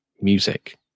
music